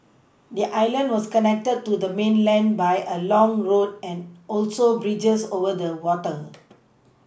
the island was connected to the mainland by a long road and also bridges over the water